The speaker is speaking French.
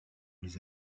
les